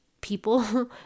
people